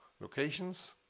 locations